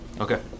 Okay